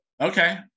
Okay